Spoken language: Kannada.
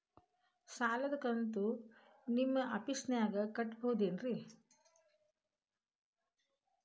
ಸಾಲದ ಕಂತು ನಿಮ್ಮ ಆಫೇಸ್ದಾಗ ಕಟ್ಟಬಹುದೇನ್ರಿ?